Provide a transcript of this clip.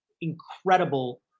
incredible